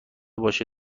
باشه